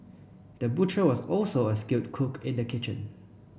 the butcher was also a skilled cook in the kitchen